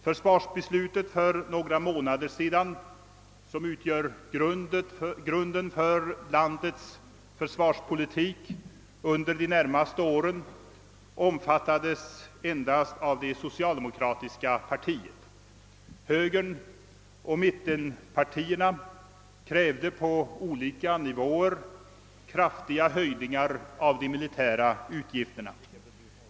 Försvarsbeslutet för några månader sedan, som utgör grunden för landets försvarspolitik under de närmaste åren, omfattades endast av det socialdemokratiska partiet. Högern och mittenpartierna krävde på olika nivåer kraftiga höjningar av de militära utgifterna.